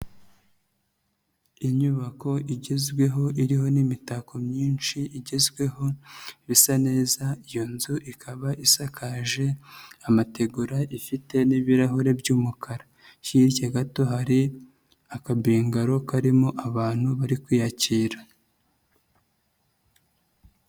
Inyubako igezweho iriho n'imitako myinshi igezweho bisa neza, iyo nzu ikaba isakaje amategura ifite n'ibirahure by'umukara. Hirya gato hari akabingaro karimo abantu bari kwiyakira.